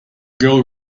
girl